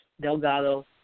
Delgado